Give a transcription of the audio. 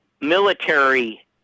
military